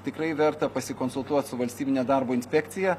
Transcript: tikrai verta pasikonsultuot su valstybine darbo inspekcija